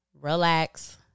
relax